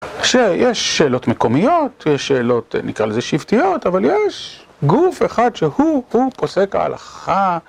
כשיש שאלות מקומיות, יש שאלות נקרא לזה שבטיות, אבל יש גוף אחד שהוא הוא פוסק ההלכה